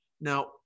Now